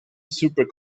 super